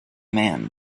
man